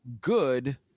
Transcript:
good